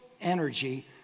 energy